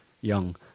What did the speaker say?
young